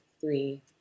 three